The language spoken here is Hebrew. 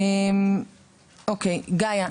גאיה,